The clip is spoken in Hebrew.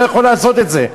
לא יכול לעשות את זה.